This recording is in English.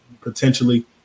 potentially –